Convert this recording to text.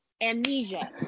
Amnesia